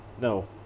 no